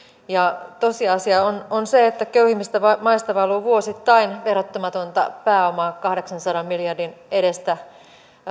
tosiasia on on se että köyhimmistä maista valuu vuosittain verottamatonta pääomaa kahdeksansadan miljardin edestä